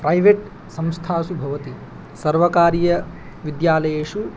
private संस्थासु भवति सर्वकारीयविद्यालयेषु